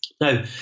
Now